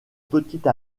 petite